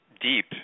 deep